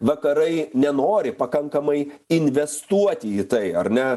vakarai nenori pakankamai investuoti į tai ar ne